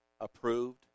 approved